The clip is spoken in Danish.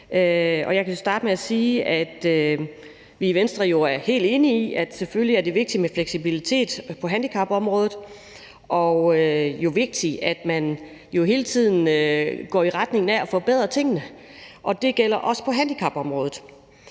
Jeg kan starte med at sige, at vi i Venstre jo er helt enige i, at det selvfølgelig er vigtigt med fleksibilitet på handicapområdet og vigtigt, at man hele tiden går i retning af at forbedre tingene, og det gælder også på handicapområdet.